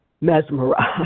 mesmerized